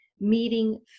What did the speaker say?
meeting